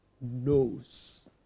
knows